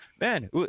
Man